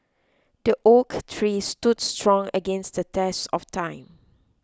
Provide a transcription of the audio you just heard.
the oak tree stood strong against the test of time